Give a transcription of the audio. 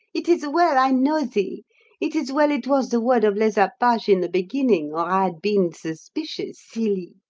it is well i know thee it is well it was the word of les apaches in the beginning, or i had been suspicious, silly!